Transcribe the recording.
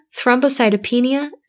thrombocytopenia